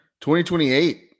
2028